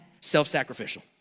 self-sacrificial